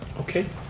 okay.